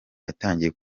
yatangiye